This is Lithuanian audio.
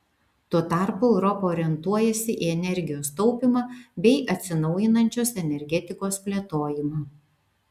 tuo tarpu europa orientuojasi į energijos taupymą bei atsinaujinančios energetikos plėtojimą